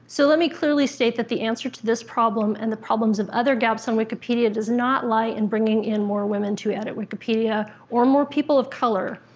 so let me clearly state that the answer to this problem and the problems of other gaps in wikipedia does not lie in bringing in more women to edit wikipedia, or more people of color.